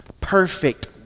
perfect